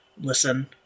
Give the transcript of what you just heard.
listen